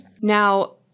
Now –